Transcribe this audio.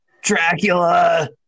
Dracula